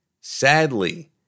Sadly